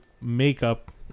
makeup